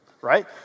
right